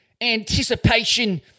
anticipation